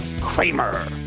Kramer